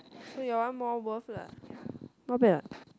so your one more worth lah not bad what